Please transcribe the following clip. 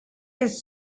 his